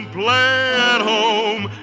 play-at-home